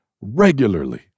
regularly